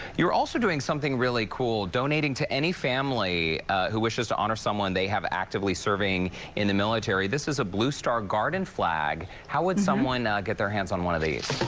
you're also doing something really cool, donating to any family who wishes to honor something they have actively serving in the military. this is a blue star garden flag. how would someone get their hands on one of these.